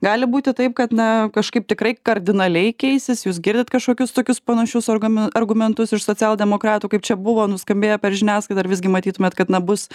gali būti taip kad na kažkaip tikrai kardinaliai keisis jūs girdit kažkokius tokius panašius orgami argumentus iš socialdemokratų kaip čia buvo nuskambėję per žiniasklaidą ar visgi matytumėt kad na bus